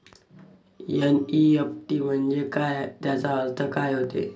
NEFT म्हंजे काय, त्याचा अर्थ काय होते?